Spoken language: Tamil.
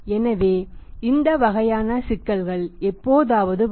எனவே இந்த வகையான சிக்கல்கள் எப்போதாவது வரும்